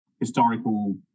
historical